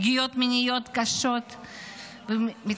פגיעות מיניות קשות ומתמשכות.